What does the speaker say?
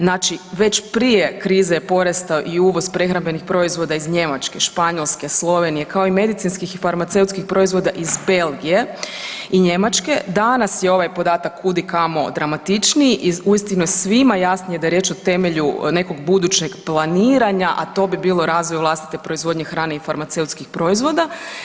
Znači već prije krize je porastao i uvoz prehrambenih proizvoda iz Njemačke, Španjolske, Slovenije kao i medicinskih i farmaceutskih proizvoda iz Belgije i Njemačke, danas je ovaj podatak kudikamo dramatičniji i uistinu je svima jasnije da je riječ o temelju nekog budućeg planiranja, a to bi bilo razvoj vlastite proizvodnje hrane i farmaceutskih proizvoda.